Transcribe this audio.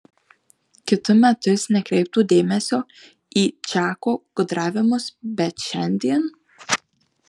kitu metu jis nekreiptų dėmesio į čako gudravimus bet šiandien